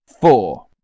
four